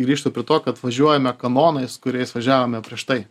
grįžtu prie to kad važiuojame kanonais kuriais važiavome prieš tai